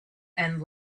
and